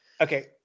Okay